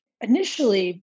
initially